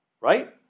right